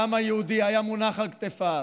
לעם היהודי, היה מונח על כתפיו,